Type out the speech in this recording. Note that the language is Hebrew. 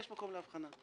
יש מקום להבחנה,